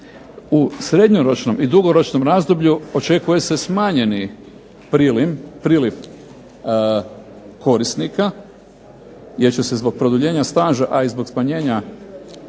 u srednjoročnom i dugoročnom razdoblju očekuje se smanjeni priljev korisnika jer će se zbog produljenja staža, a i zbog smanjenja